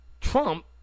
Trump